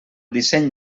disseny